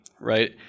right